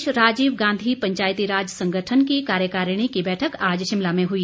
प्रदेश राजीव गांधी पंचायती राज संगठन की कार्यकारिणी की बैठक आज शिमला में हुई